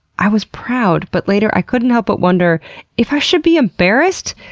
i was proud but later i couldn't help but wonder if i should be embarrassed?